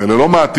ואלה לא מעטים,